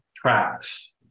Tracks